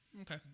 Okay